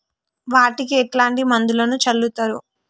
వాటికి ఎట్లాంటి మందులను చల్లుతరు?